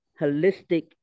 holistic